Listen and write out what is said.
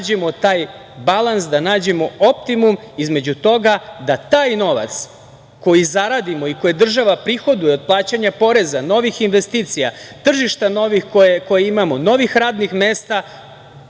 da nađemo taj balans, da nađemo optimum između toga da taj novac koji zaradimo i koji država prihoduje od plaćanja poreza, novih investicija, tržišta novih koja imamo, novih radnih mesta,